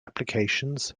applications